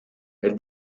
elle